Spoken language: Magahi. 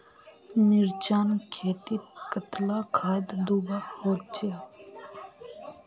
मिर्चान खेतीत कतला खाद दूबा होचे?